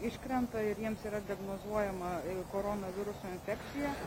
iškrenta ir jiems yra diagnozuojama koronaviruso infekcija